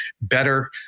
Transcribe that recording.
better